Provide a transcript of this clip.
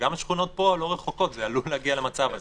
גם השכונות פה לא רחוקות, זה עלול להגיע למצב הזה.